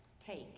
Take